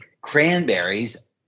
Cranberries